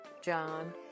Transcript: John